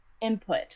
input